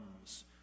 comes